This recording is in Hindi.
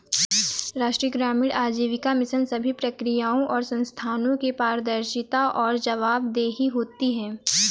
राष्ट्रीय ग्रामीण आजीविका मिशन सभी प्रक्रियाओं और संस्थानों की पारदर्शिता और जवाबदेही होती है